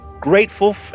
grateful